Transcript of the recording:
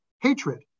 Hatred